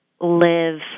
live